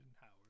Howard